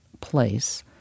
place